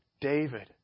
David